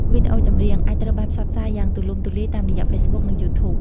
វីដេអូចម្រៀង អាចត្រូវបានផ្សព្វផ្សាយយ៉ាងទូលំទូលាយតាមរយៈ ហ្វេសបុក និងយូធូប។